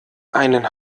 einen